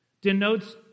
denotes